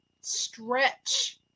Stretch